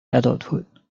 adulthood